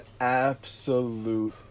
absolute